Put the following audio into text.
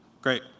Great